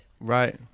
Right